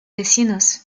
vecinos